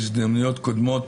בהזדמנויות קודמות